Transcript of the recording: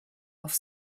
off